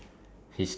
ya